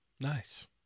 nice